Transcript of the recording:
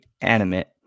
animate